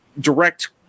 direct